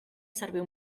servir